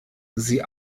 sie